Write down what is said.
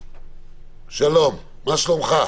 שלום, מה שלומך?